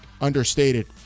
understated